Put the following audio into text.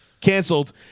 canceled